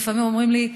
לפעמים אומרים לי: